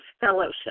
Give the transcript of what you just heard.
fellowship